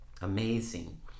amazing